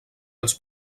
els